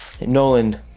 nolan